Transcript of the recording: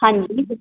ਹਾਂਜੀ